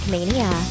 Mania